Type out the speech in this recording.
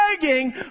begging